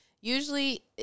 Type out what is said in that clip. usually